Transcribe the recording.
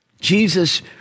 Jesus